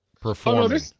performing